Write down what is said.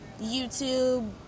YouTube